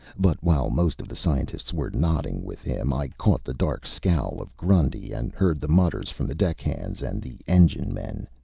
but while most of the scientists were nodding with him, i caught the dark scowl of grundy, and heard the mutters from the deckhands and the engine men.